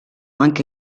anche